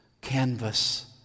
canvas